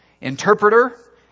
Interpreter